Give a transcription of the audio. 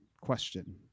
question